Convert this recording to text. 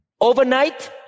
Overnight